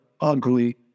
ugly